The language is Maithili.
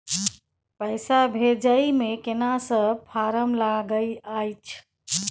पैसा भेजै मे केना सब फारम लागय अएछ?